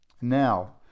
Now